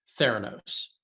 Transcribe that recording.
Theranos